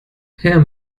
her